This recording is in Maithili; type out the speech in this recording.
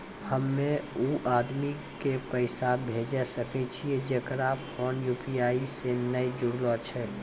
हम्मय उ आदमी के पैसा भेजै सकय छियै जेकरो फोन यु.पी.आई से नैय जूरलो छै?